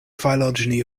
phylogeny